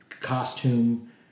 costume